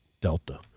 delta